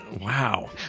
Wow